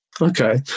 Okay